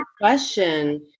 question